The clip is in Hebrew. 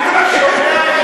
אני שומע,